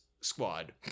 Squad